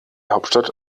hauptstadt